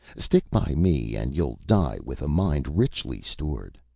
stick by me, and you'll die with a mind richly stored.